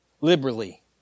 liberally